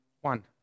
one